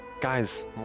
Guys